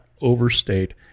overstate